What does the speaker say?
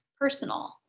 personal